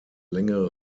längere